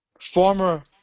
former